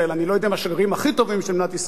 אני לא יודע אם השגרירים הכי טובים של מדינת ישראל,